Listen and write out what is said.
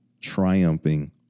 triumphing